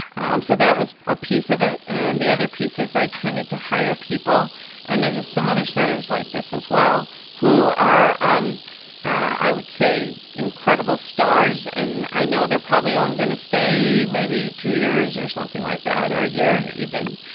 um so that was a piece of it. and the other piece is i tended to hire people and there's some other senators like this as well who are, um i would say, incredible stars. and i know they're probably only going to stay maybe two years or something like that or a year even,